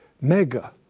mega